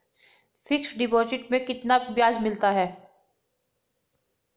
Fix deposit में कितना ब्याज मिलता है?